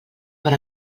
per